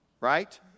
Right